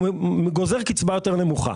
הוא גוזר קצבה יותר נמוכה.